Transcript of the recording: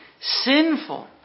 sinful